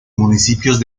municipios